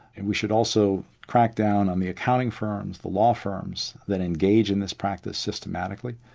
and we should also crack down on the accounting firms, the law firms that engage in this practice systematically,